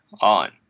on